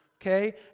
okay